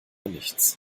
nichts